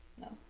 No